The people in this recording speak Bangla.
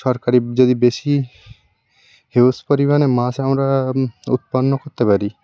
সরকারি যদি বেশি হিউজ পরিমাণে মাছ আমরা উৎপন্ন করতে পারি